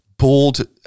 Bold